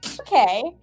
Okay